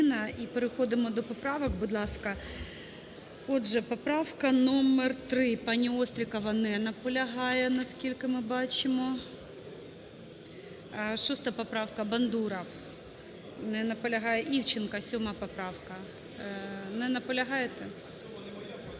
І переходимо до поправок, будь ласка. Отже, поправка номер 3. Пані Острікова не наполягає, наскільки ми бачимо. 6 поправка, Бандуров. Не наполягає. Івченко, 7 поправка. Не наполягаєте?